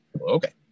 Okay